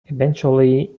eventually